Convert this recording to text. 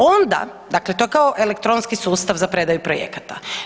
Onda, dakle to je kao elektronski sustav za predaju projekata.